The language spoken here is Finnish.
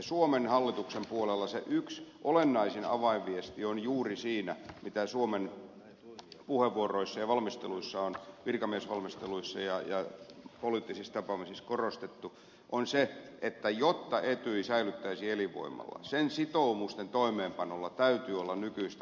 suomen hallituksen puolella se yksi olennaisin avainviesti on juuri siinä mitä suomen puheenvuoroissa ja virkamiesvalmisteluissa ja poliittisissa tapaamissa on korostettu että jotta etyj säilyttäisi elinvoimansa sen sitoumusten toimeenpanolla täytyy olla nykyistä vaikuttavampi ote